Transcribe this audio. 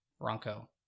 Bronco